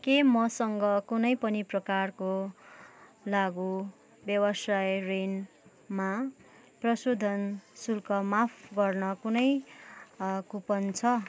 के मसँग कुनै पनि प्रकारको लघु व्यवसाय ऋणमा प्रशोधन शुल्क माफ गर्न कुनै कुपन छ